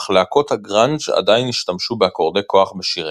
אך להקות הגראנג' עדיין השתמשו באקורדי כוח בשיריהן.